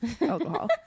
alcohol